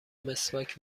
مسواک